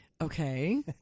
Okay